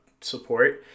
support